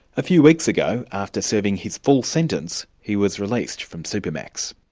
a few weeks ago, after serving his full sentence, he was released from super max.